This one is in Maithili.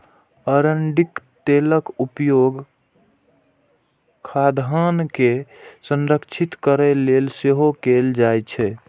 अरंडीक तेलक उपयोग खाद्यान्न के संरक्षित करै लेल सेहो कैल जाइ छै